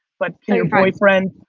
but can your boyfriend,